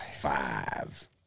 Five